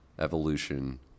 evolution